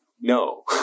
No